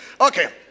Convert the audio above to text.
Okay